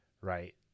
Right